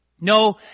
No